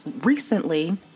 recently